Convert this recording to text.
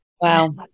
wow